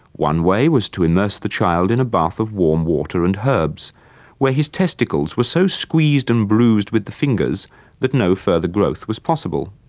one way was to immerse the child in a bath of warm water and herbs where his testicles were so squeezed and bruised with the fingers that no further growth was possible.